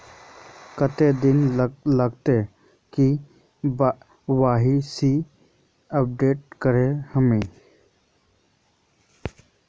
कते दिन लगते के.वाई.सी अपडेट करे में?